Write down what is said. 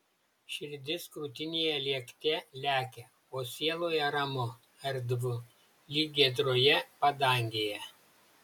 širdis krūtinėje lėkte lekia o sieloje ramu erdvu lyg giedroje padangėje